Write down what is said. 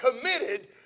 committed